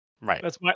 Right